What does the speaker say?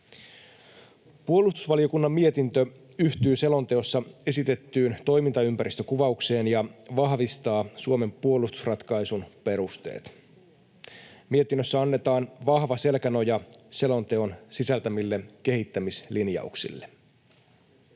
Puolustusvaliokunnan mietintö yhtyy selonteossa esitettyyn toimintaympäristökuvaukseen ja vahvistaa Suomen puolustusratkaisun perusteet. Mietinnössä annetaan vahva selkänoja selonteon sisältämille kehittämislinjauksille.